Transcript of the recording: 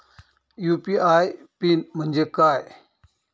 UPI PIN म्हणजे काय?